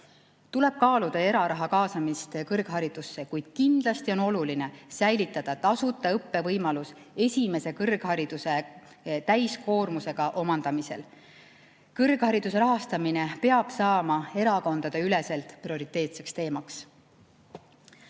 Tuleb kaaluda ka eraraha kaasamist kõrgharidusse, kuid kindlasti on oluline säilitada tasuta õppe võimalus esimese kõrghariduse täiskoormusega omandamisel. Kõrghariduse rahastamine peab saama erakondadeüleselt prioriteetseks teemaks.